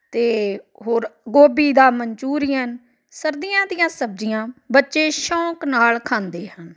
ਅਤੇ ਹੋਰ ਗੋਭੀ ਦਾ ਮਨਚੂਰੀਅਨ ਸਰਦੀਆਂ ਦੀਆਂ ਸਬਜ਼ੀਆਂ ਬੱਚੇ ਸ਼ੌਂਕ ਨਾਲ ਖਾਂਦੇ ਹਾਂ